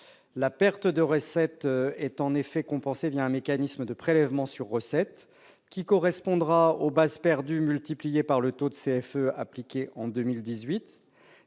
la perte de recettes est en effet compensée un mécanisme de prélèvement sur recettes qui correspondra aux bases perdues multipliées par le taux de CFE appliqué en 2018.